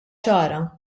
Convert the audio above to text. ċara